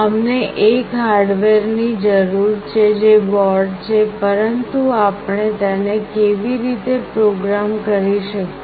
અમને એક હાર્ડવેરની જરૂર છે જે બોર્ડ છે પરંતુ આપણે તેને કેવી રીતે પ્રોગ્રામ કરી શકીએ